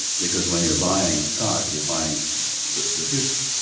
because when you're buying stock you're buying the the future.